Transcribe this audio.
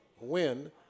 win